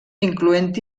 incloent